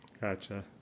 Gotcha